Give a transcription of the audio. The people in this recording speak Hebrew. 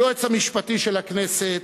היועץ המשפטי של הכנסת,